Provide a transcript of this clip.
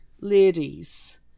ladies